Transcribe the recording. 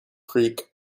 creek